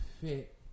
fit